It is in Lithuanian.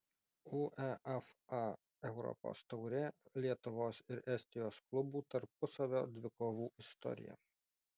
uefa europos taurė lietuvos ir estijos klubų tarpusavio dvikovų istorija